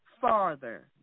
farther